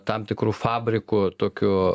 tam tikru fabriku tokiu